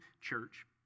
church